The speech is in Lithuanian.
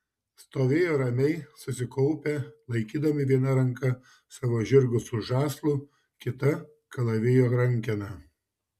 stovėjo ramiai susikaupę laikydami viena ranka savo žirgus už žąslų kita kalavijo rankeną